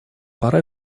пора